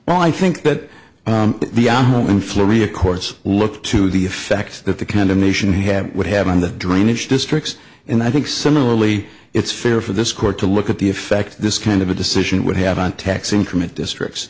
well i think that the animal in florida courts look to the effect that the kind of nation had it would have on the drainage districts and i think similarly it's fair for this court to look at the effect this kind of a decision would have on tax increment districts